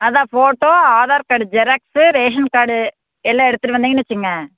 அதுதான் photo Aadhaar card xerox ration card எல்லாம் எடுத்துகிட்டு வந்தீங்கன்னு வச்சுங்க